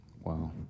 Wow